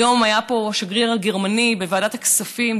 היום היה פה השגריר הגרמני בוועדת הכספים,